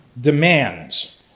demands